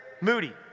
Moody